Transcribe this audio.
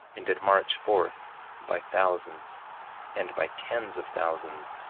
and did march forth by thousands and by tens of thousands,